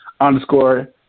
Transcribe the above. underscore